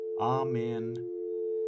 Amen